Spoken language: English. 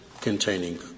containing